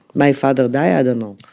my father die, i don't know.